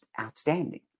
outstanding